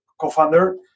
co-founder